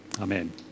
Amen